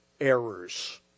errors